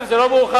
זה לא מאוחר,